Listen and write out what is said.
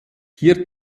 hier